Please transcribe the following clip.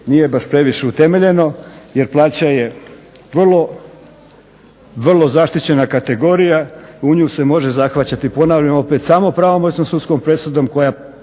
nije baš previše utemeljeno, jer plaća je vrlo zaštićena kategorija, u nju se može zahvaćati ponavljam opet samo pravomoćnom sudskom presudom koja